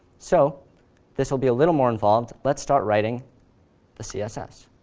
so this will be a little more involved. let's start writing the css.